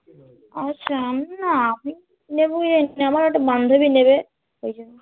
আচ্ছা না আমি নেবো এই আমার একটা বান্ধবী নেবে ওই জন্য